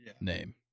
name